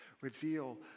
reveal